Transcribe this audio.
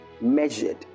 measured